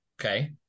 okay